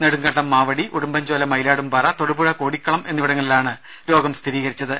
നെടുങ്കണ്ടം മാവടി ഉടുമ്പൻചോല മയിലാടുംപാറ തൊടുപുഴ കോടിക്കുളം എന്നിവിടങ്ങളിലാണ് രോഗം സ്ഥിരീകരിച്ചത്